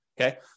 Okay